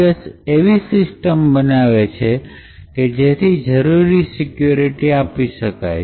OKWS એવી system બનાવે છે કે જેથી જરૂરી સિક્યુરિટી આપી શકાય